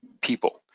people